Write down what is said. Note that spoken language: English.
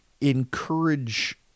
encourage